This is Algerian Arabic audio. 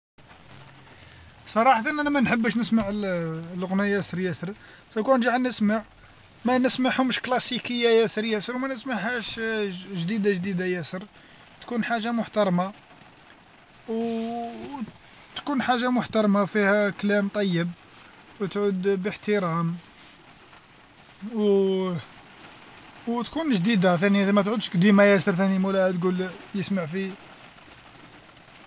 صراحتا أنا ما نحبش نسمع لغنا ياسر ياسر. لو كان نرجع نسمع ما نسمعهمش كلاسيكية ياسر ياسر وما نسمعهاش جديدة جديدة ياسر، تكون حاجة محترمة تكون حاجة محترمة فيها كلام طيب، وتعود بإحترام وتكون جديدة ثاني ما تعودش قديمة ثاني مولاها تقول يسمع في.